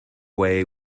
way